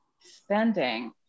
spending